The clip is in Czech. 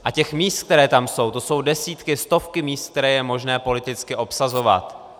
A těch míst, která tam jsou, to jsou desítky, stovky míst, která je možné politicky obsazovat.